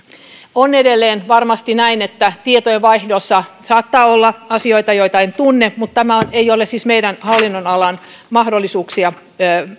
on edelleen varmasti näin että tietojenvaihdossa saattaa olla asioita joita en tunne mutta tähän ei siis ole meidän hallinnonalallamme mahdollisuuksia